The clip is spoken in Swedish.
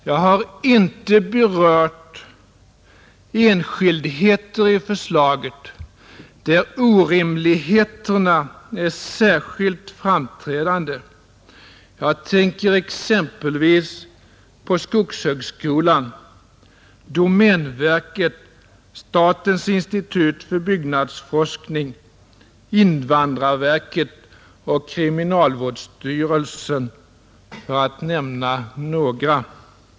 Jag har inte heller berört de enskildheter i förslaget där orimligheterna är särskilt framträdande, Jag tänker exempelvis på skogshögsskolan, domänverket, statens institut för byggnadsforskning, invandrarverket och kriminalvårdsstyrelsen, för att nämna några.